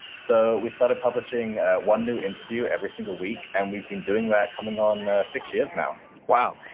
so we started publishing one new interview every single week, and we've been doing that coming on six years now wow.